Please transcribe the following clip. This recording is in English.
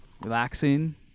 relaxing